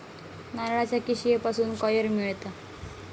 नारळाच्या किशीयेपासून कॉयर मिळता